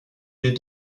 des